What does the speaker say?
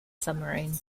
submarine